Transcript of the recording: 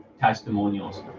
testimonials